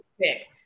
pick